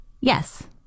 Yes